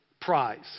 prize